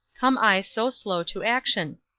come i so slow to action?